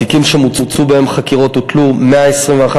בתיקים שמוצו בהם החקירות הוטלו 121